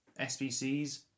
SVCS